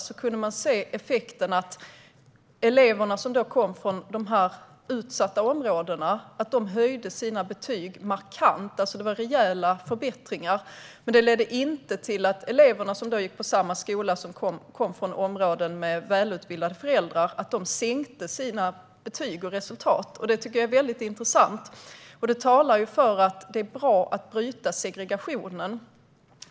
Effekten blev att eleverna som kom från de utsatta områdena höjde sina betyg markant. Det var alltså rejäla förbättringar. Men det ledde inte till att de elever som gick på samma skola men som kom från områden där föräldrarna är välutbildade fick lägre betyg och resultat. Det är väldigt intressant. Och det talar för att det är bra att bryta segregationen.